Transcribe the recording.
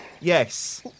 yes